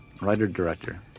writer-director